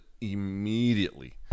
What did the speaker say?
immediately